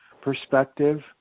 perspective